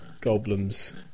goblins